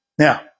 Now